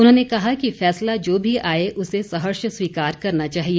उन्होंने कहा कि फैसला जो भी आए उसे सहर्ष स्वीकार करना चाहिए